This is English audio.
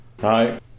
Hi